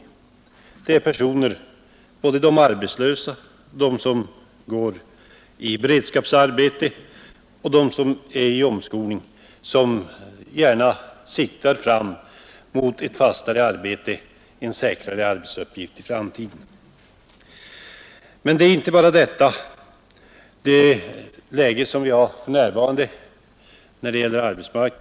Alla dessa personer, de arbetslösa, de som går på beredskapsarbeten och de som befinner sig under omskolning, siktar mot en fast och säkrare arbetsuppgift i framtiden. Det är inte bara det nuvarande läget på arbetsmarknaden det gäller.